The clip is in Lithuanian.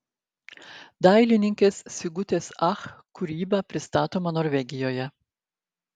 dailininkės sigutės ach kūryba pristatoma norvegijoje